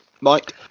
Mike